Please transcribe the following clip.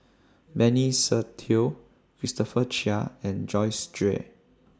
Benny Se Teo Christopher Chia and Joyce Jue